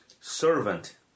servant